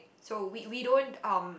so we we don't um